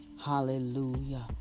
Hallelujah